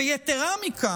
ויתרה מזו,